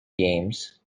games